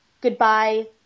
goodbye